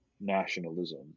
nationalism